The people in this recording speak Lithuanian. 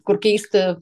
kur keisti